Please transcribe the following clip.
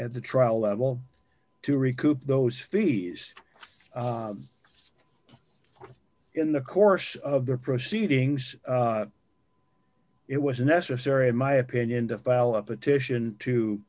at the trial level to recoup those fees in the course of the proceedings it was necessary in my opinion to file a petition to